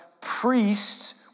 priests